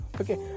okay